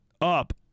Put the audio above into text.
up